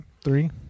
three